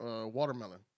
watermelon